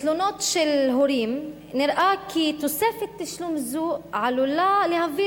מתלונות של הורים נראה כי תוספת תשלום זו עלולה להביא